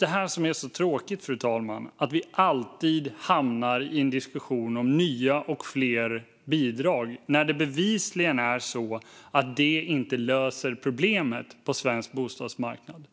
Det som är så tråkigt, fru talman, är att vi alltid hamnar i en diskussion om nya och fler bidrag när det bevisligen inte löser problemet på svensk bostadsmarknad.